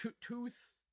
tooth